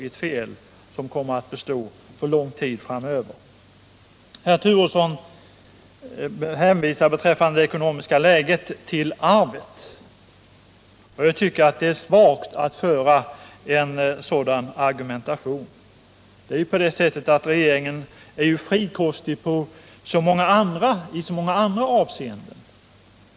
Herr Turesson hänvisar beträffande det ekonomiska läget till arvet. Jag tycker att det är svagt att föra en sådan argumentation. Regeringen är ju frikostig i så många andra avseenden.